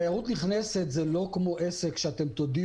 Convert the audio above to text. תיירות נכנסת היא לא כמו עסק שתודיעו